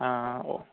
ਹਾਂ ਉਹ